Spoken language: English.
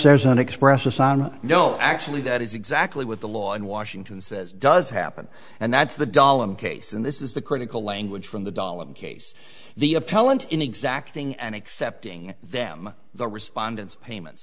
there's an express assigned no actually that is exactly what the law in washington says does happen and that's the dahlan case and this is the critical language from the dahlan case the appellant in exacting and accepting them the respondents payments